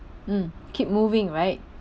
mm keep moving right